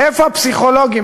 איפה הפסיכולוגים?